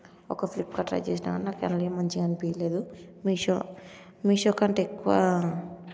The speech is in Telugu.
ఒక ఫ్లిప్కార్ట్ ట్రై చేసినా నాకేం మంచిగా అనిపియలేదు మీషో మీషో కంటే ఎక్కువ